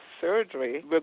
surgery